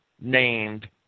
named